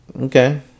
Okay